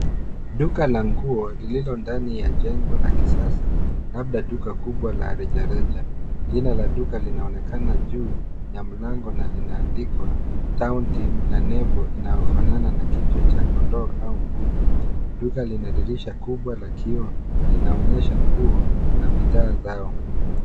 Duka la nguo lililo ndani ya jengo la kisasa labda duka kubwa la rejareja. Jina la duka linaonekana juu ya mlango na linaandikwa kaunti na Nebo linaofanana na kichwa cha kondoo au mbuzi duka Lina dirisha kubwa ya kioo na linaonyesha nguo na bidhaa zao.